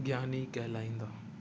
ज्ञानी कहिलाईंदा